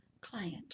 client